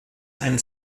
ein